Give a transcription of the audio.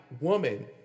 woman